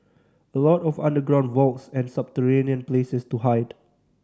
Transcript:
a lot of underground vaults and subterranean places to hide